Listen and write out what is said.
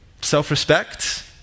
self-respect